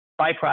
byproduct